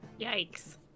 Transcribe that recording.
Yikes